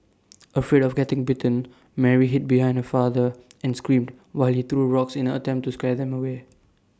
afraid of getting bitten Mary hid behind her father and screamed while he threw rocks in an attempt to scare them away